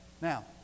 Now